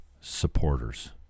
supporters